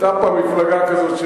היתה פעם מפלגה כזאת,